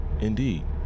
indeed